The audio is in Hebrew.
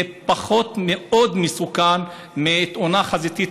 זה הרבה פחות מסוכן מתאונה חזיתית,